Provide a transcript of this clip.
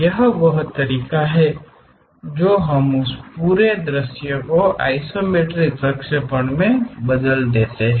यह वह तरीका है जो हम उस पूरे दृश्य को आइसोमेट्रिक प्रक्षेपणों में बदल देते हैं